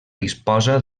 disposa